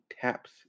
taps